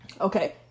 Okay